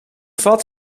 vat